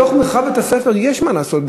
בתוך מרחב בית-הספר יש מה לעשות,